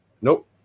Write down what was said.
Nope